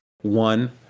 one